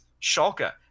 Schalke